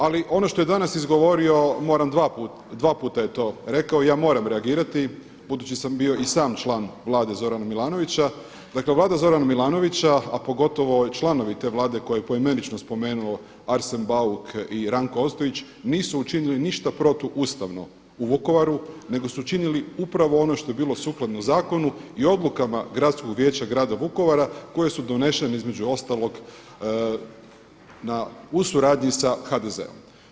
Ali ono što je danas izgovorio moram dva puta je to rekao i ja moram reagirati, budući sam bio i sam član vlade Zorana Milanovića dakle vlada Zorana Milanovića, a pogotovo članovi te vlade koju je poimenično spomenuo Arsen Bauk i Ranko Ostojić nisu učinili ništa protuustavno u Vukovaru nego su učinili upravo ono što je bilo sukladno zakonu i odlukama Gradskog vijeća grada Vukovara koje su donešene između ostalog u suradnji sa HDZ-om.